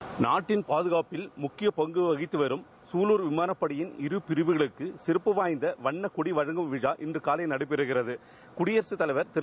seconds நாட்டின் பாதகாப்பில் முக்கியப் பங்கு வகித்து வரும் சூலூர் விமானப் படையின் இருபிரிவுகளுக்கு சிறப்புவாய்ந்த வண்ணக் கொடி வழங்கும் விழா இன்று காலை நடைபெறுகிறது குடியரகத் தலைவர் திரு